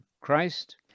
Christ